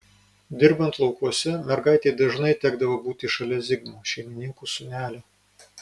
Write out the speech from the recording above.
dirbant laukuose mergaitei dažnai tekdavo būti šalia zigmo šeimininkų sūnelio